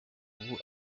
ubu